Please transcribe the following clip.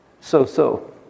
so-so